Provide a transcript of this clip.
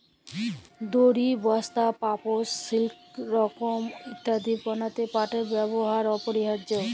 দড়ি, বস্তা, পাপস, সিল্পকরমঅ ইত্যাদি বনাত্যে পাটের ব্যেবহার অপরিহারয অ